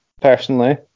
Personally